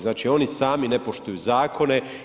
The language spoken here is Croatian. Znači oni sami ne poštuju zakone.